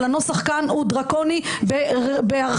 אבל הנוסח כאן הוא דרקוני בהרחבתו,